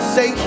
Say